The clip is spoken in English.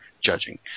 judging